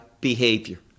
behavior